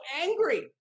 angry